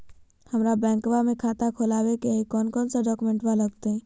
हमरा बैंकवा मे खाता खोलाबे के हई कौन कौन डॉक्यूमेंटवा लगती?